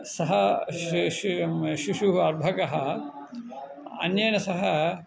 सः शिशुः शिशुः अर्भकः अन्येन सह